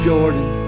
Jordan